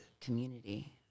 community